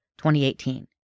2018